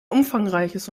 umfangreiches